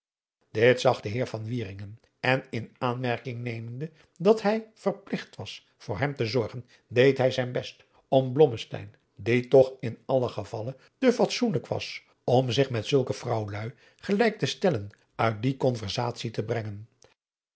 zag de heer van wieringen en in aanmerking nemende dat hij verpligt was voor hem te zorgen deed hij zijn best om blommesteyn die adriaan loosjes pzn het leven van johannes wouter blommesteyn toch in allen gevalle te fatsoenlijk was om zich met zulke vrouwluî gelijk te stellen uit die conversatie te brengen